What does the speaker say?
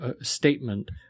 statement